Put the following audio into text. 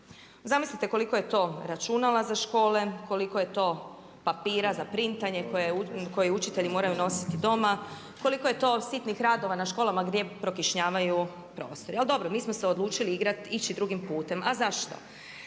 Zamislite koliko je računala za škole, koliko je to papira za printanje koje učitelji moraju nositi doma, koliko je to sitnih radova na školama gdje prokišnjavaju prostori. Ali dobro, mi smo se odlučili ići drugim putem. A zašto?